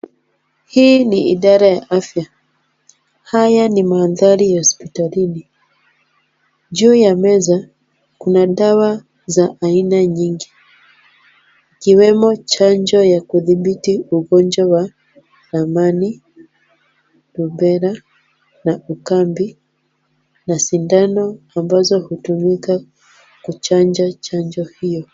Hii ni idara ya afya. Haya ni mandhari ya hospitalini. Juu ya meza, kuna dawa za aina nyingi. Ikiwemo chanjo ya kudhibiti ugonjwa, ramani, rubela, na ukambi, na sindano ambazo hutumika kuchanja chanjo hiyo.